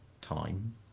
time